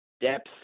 depth